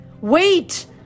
Wait